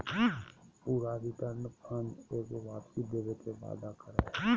पूरा return fund एगो वापसी देवे के वादा करो हइ